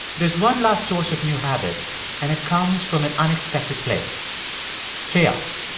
there's one last source of new habits, and it comes from an unexpected place chaos.